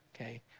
Okay